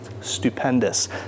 Stupendous